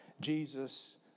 Jesus